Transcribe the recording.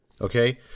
okay